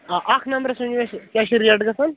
آ اکھ نمبرس ؤنِو اسہِ کیٛاہ چھِ ریٹ گژھان